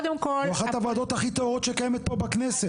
זאת אחת הוועדות הכי טהורות שקיימות פה בכנסת.